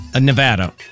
Nevada